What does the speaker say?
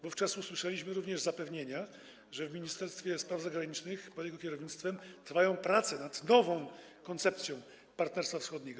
Wówczas usłyszeliśmy również zapewnienia, że w Ministerstwie Spraw Zagranicznych pod jego kierownictwem trwają prace nad nową koncepcją Partnerstwa Wschodniego.